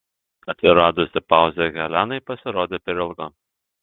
atsiradusi pauzė helenai pasirodė per ilga